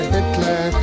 Hitler